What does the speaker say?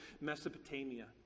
Mesopotamia